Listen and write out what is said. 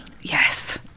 Yes